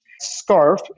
SCARF